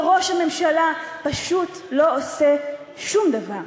וראש הממשלה פשוט לא עושה שום דבר.